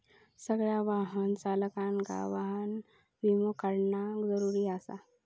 सगळ्या वाहन चालकांका वाहन विमो काढणा जरुरीचा आसा